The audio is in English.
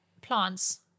plants